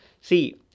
see